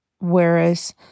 Whereas